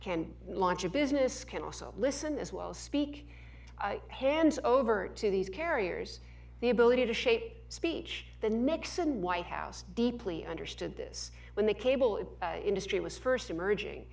can launch a business can also listen as well speak hands over to these carriers the ability to shape speech the nixon white house deeply understood this when the cable industry was first emerging